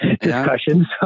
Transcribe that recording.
discussions